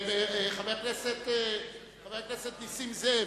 חבר הכנסת נסים זאב,